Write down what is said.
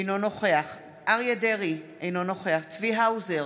אינו נוכח אריה מכלוף דרעי, אינו נוכח צבי האוזר,